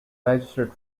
registered